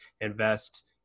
invest